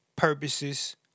Purposes